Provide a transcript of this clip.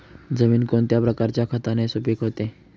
जमीन कोणत्या प्रकारच्या खताने सुपिक होते?